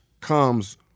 comes